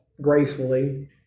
gracefully